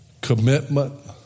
commitment